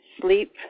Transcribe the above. sleep